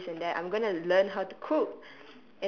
about this and that I'm going to learn how to cook